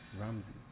Ramsey